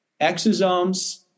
exosomes